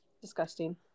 Disgusting